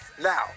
now